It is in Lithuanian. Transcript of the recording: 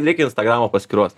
reikia instagramo paskyros